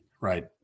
right